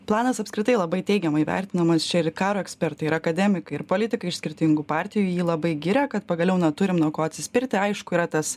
planas apskritai labai teigiamai vertinamas čia karo ekspertai ir akademikai ir politikai iš skirtingų partijų jį labai giria kad pagaliau na turim nuo ko atsispirti aišku yra tas